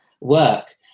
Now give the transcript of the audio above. work